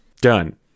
Done